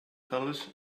palace